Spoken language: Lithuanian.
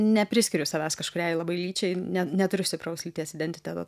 nepriskiriu savęs kažkuriai labai lyčiai ne neturiu stipraus lyties identiteto